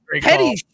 petty